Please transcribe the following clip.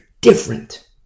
different